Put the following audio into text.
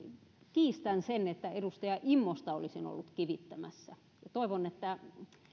kiistän sen että edustaja immosta olisin ollut kivittämässä ja toivon että